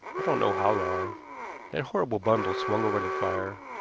i don't know how long that horrible bundle swung over the fire,